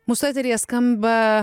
mūsų eteryje skamba